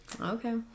okay